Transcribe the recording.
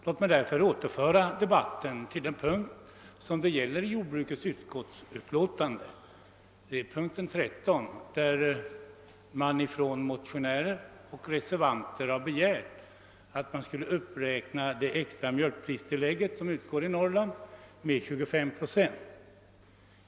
Jag vill därför återföra debatten till vad den egentligen gäller, nämligen punkten 13 i jordbruksutskottets utlåtande, där motionärer och reservanter begärt en uppräkning av det extra mjölkpristillägget i Norrland med 25 procent.